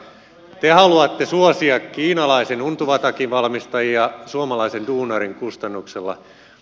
te haluatte suosia kiinalaisen untuvatakin valmistajia suomalaisen duunarin kustannuksella